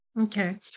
okay